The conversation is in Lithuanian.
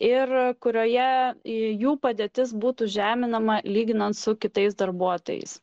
ir kurioje jų padėtis būtų žeminama lyginant su kitais darbuotojais